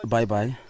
Bye-bye